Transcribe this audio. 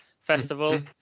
festival